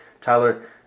Tyler